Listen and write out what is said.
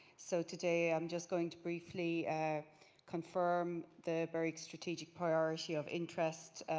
so today i'm just going to briefly confirm the very strategic priority of interest,